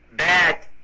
bad